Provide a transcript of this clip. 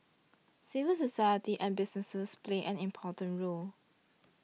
civil society and businesses play an important role